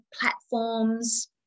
platforms